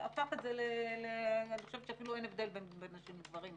ואני חושבת שהיום כבר אפילו אין הבדל בין גברים לנשים